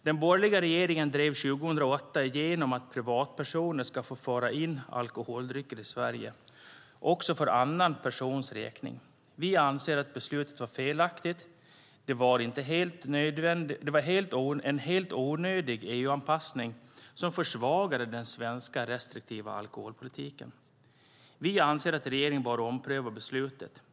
Den borgerliga regeringen drev 2008 igenom att privatpersoner ska få föra in alkoholdrycker i Sverige också för andra personers räkning. Vi anser att beslutet var felaktigt. Det var en helt onödig EU-anpassning som försvagade den svenska, restriktiva alkoholpolitiken. Vi anser att regeringen bör ompröva beslutet.